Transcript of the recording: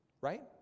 Right